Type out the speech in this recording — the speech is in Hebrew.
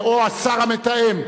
או השר המתאם,